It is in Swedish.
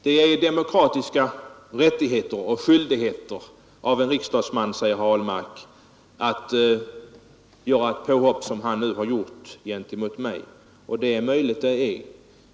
Det är en riksdagsmans demokratiska rättighet och skyldighet att göra ett sådant påhopp som herr Ahlmark gjort mot mig, sade han. Ja, det är möjligt.